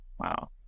Wow